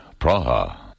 Praha